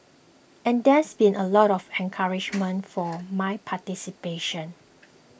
and there's been a lot of encouragement for my participation